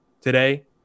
Today